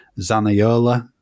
Zanayola